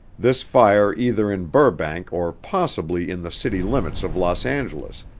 this fire either in burbank or possibly in the city limits of los angeles,